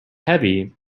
heavy